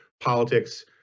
politics